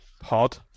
pod